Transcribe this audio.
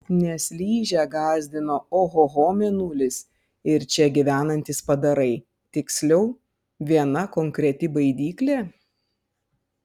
nes ližę gąsdino ohoho mėnulis ir čia gyvenantys padarai tiksliau viena konkreti baidyklė